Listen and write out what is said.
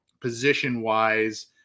position-wise